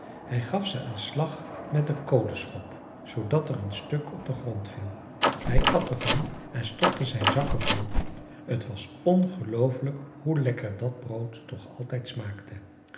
hij gaf ze een slag met de kolenschop zoodat er een stuk op den grond viel hij at ervan en stopte zijn zakken vol t was ongelooflijk hoe lekker dat brood toch altijd smaakte